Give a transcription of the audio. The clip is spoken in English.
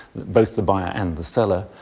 both the buyer and the seller,